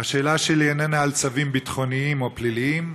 השאלה שלי איננה על צווים ביטחוניים או פליליים,